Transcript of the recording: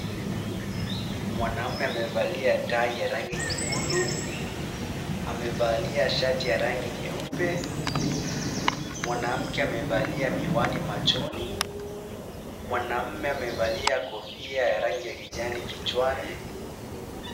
Mwanaume amevalia tai ya rangi nyekundu. Amevalia shati ya rangi nyeupe. Mwanamke amevalia miwani machoni. Mwanaume amevalia kofia ya rangi ya kijani kichwani.